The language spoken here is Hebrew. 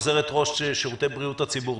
עוזרת ראש שירותי בריאות הציבור,